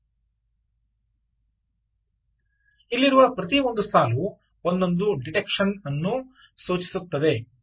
ವಿದ್ಯಾರ್ಥಿ ಇಲ್ಲಿರುವ ಪ್ರತಿ ಒಂದು ಸಾಲು ಒಂದೊಂದು ಡಿಟೆಕ್ಷನ್ ಅನ್ನು ಸೂಚಿಸುತ್ತದೆ